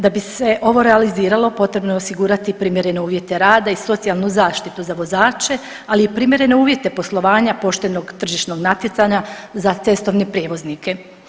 Da bi se ovo realiziralo potrebno je osigurati primjerene uvjete rada i socijalnu zaštitu za vozače, ali i primjerene uvjete poslovanja poštenog tržišnog natjecanja za cestovne prijevoznike.